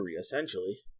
essentially